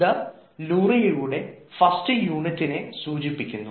ഇത് ലൂറിയയുടെ ഫസ്റ്റ് യൂണിറ്റിനെ സൂചിപ്പിക്കുന്നു